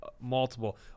multiple